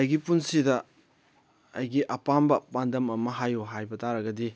ꯑꯩꯒꯤ ꯄꯨꯟꯁꯤꯗ ꯑꯩꯒꯤ ꯑꯄꯥꯝꯕ ꯄꯥꯟꯗꯝ ꯑꯃ ꯍꯥꯏꯌꯨ ꯍꯥꯏꯕ ꯇꯥꯔꯒꯗꯤ